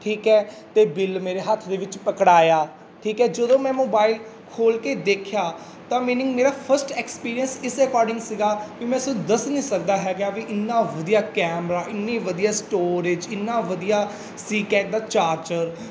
ਠੀਕ ਹੈ ਅਤੇ ਬਿੱਲ ਮੇਰੇ ਹੱਥ ਦੇ ਵਿੱਚ ਪਕੜਾਇਆ ਠੀਕ ਹੈ ਜਦੋਂ ਮੈਂ ਮੋਬਾਈਲ ਖੋਲ੍ਹ ਕੇ ਦੇਖਿਆ ਤਾਂ ਮੀਨਿੰਗ ਮੇਰਾ ਫਸਟ ਐਕਸਪੀਰੀਅੰਸ ਇਸ ਅਕੋਰਡਿੰਗ ਸੀਗਾ ਵੀ ਮੈਂ ਤੁਹਾਨੂੰ ਦੱਸ ਨਹੀਂ ਸਕਦਾ ਹੈਗਾ ਵੀ ਇੰਨਾ ਵਧੀਆ ਕੈਮਰਾ ਇੰਨੀ ਵਧੀਆ ਸਟੋਰੇਜ ਇੰਨਾ ਵਧੀਆ ਸੀ ਕੈਟ ਦਾ ਚਾਰਜਰ